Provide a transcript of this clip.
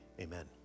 Amen